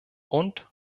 und